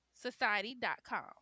society.com